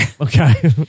Okay